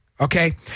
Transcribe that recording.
okay